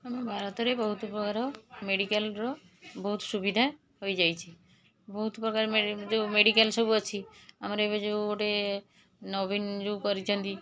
ଆମ ଭାରତରେ ବହୁତ ପ୍ରକାର ମେଡ଼ିକାଲ୍ର ବହୁତ ସୁବିଧା ହୋଇଯାଇଛି ବହୁତ ପ୍ରକାର ମେଡ଼ି ଯେଉଁ ମେଡ଼ିକାଲ୍ ସବୁ ଅଛି ଆମର ଏବେ ଯେଉଁ ଗୋଟେ ନବୀନ ଯେଉଁ କରିଛନ୍ତି